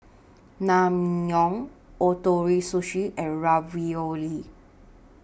Naengmyeon Ootoro Sushi and Ravioli